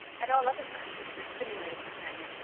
at all other times she was a stimulating companion,